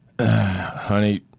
honey